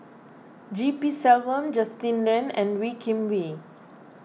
G P Selvam Justin Lean and Wee Kim Wee